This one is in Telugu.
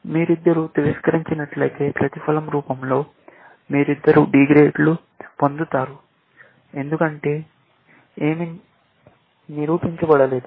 మీరిద్దరూ తిరస్కరించినట్లయితే ప్రతిఫలం రూపం లో మీరిద్దరూ D గ్రేడ్లు పొందుతారు ఎందుకంటే ఏమీ నిరూపించబడలేదు